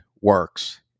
works